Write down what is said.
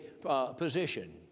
position